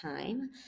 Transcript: time